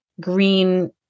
green